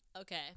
Okay